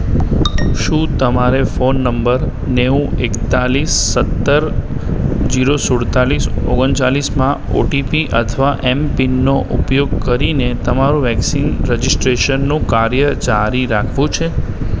શું તમારે phone number નેવું એકતાળીસ સત્તર ઝીરો સુડતાળીસ ઓગણચાળીસમાં ઓ ટી પી અથવા એમ પિનનો ઉપયોગ કરીને તમારું વૅક્સિન રજિસ્ટ્રેશનનું કાર્ય જારી રાખવું છે